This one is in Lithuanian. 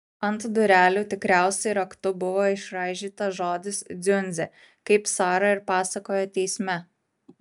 ant durelių tikriausiai raktu buvo išraižytas žodis dziundzė kaip sara ir pasakojo teisme